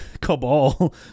cabal